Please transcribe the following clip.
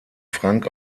frank